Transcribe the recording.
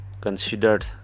considered